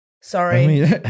Sorry